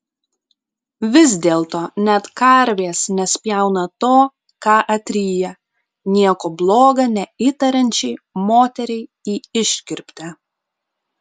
vis dėlto net karvės nespjauna to ką atryja nieko bloga neįtariančiai moteriai į iškirptę